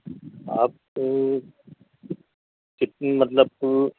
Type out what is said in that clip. آپ کتنی مطلب